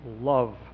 love